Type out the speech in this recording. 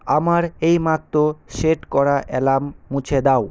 আমার এই মাত্র সেট করা অ্যালার্ম মুছে দাও